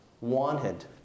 wanted